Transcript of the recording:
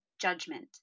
judgment